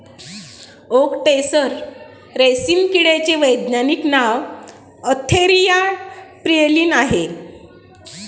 okay tasar रेशीम किड्याचे वैज्ञानिक नाव अँथेरिया प्रियलीन आहे